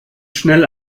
schnell